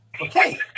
Okay